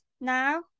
now